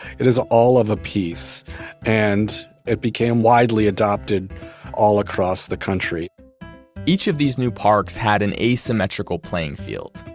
it is all of a piece and it became widely adopted all across the country each of these new parks had an asymmetrical playing field.